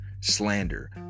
Slander